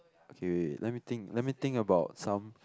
okay wait wait let me think let me think about some